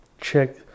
check